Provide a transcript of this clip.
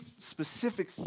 specific